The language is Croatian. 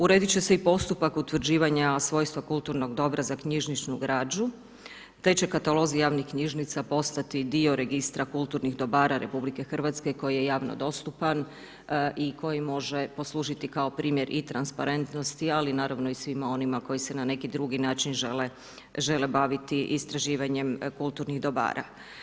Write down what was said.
Urediti će se i postupak utvrđivanja svojstva kulturnog dobra za knjižničku građu, te će katalozi javnih knjižnica postati dio registra kulturnih dobara RH koji je javno dostupan i koji može poslužiti kao primjer i transparentnosti, ali i naravno i svima onima koji se na neki drugi način žele baviti istraživanjem kulturnih dobara.